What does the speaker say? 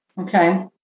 okay